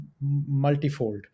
multifold